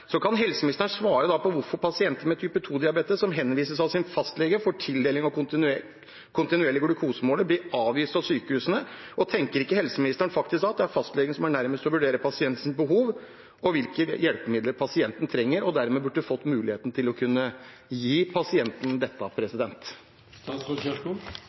Kan helseministeren svare på hvorfor pasienter med type 2-diabetes som henvises av sin fastlege for tildeling av kontinuerlig glukosemåler, blir avvist av sykehusene? Tenker ikke helseministeren da at det er fastlegen som er nærmest til å vurdere pasientens behov og hvilke hjelpemidler pasienten trenger, og dermed burde fått muligheten til å kunne gi pasienten dette?